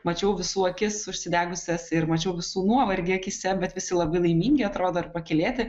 mačiau visų akis užsidegusias ir mačiau visų nuovargį akyse bet visi labai laimingi atrodo ir pakylėti